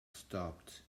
stopped